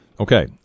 Okay